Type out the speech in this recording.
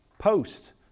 post